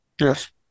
Yes